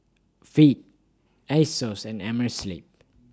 Veet Asos and Amerisleep